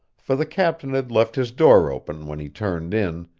for the captain had left his door open when he turned in,